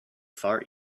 far